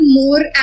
more